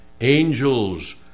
angels